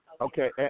Okay